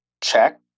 check